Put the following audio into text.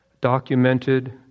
documented